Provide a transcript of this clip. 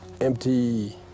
empty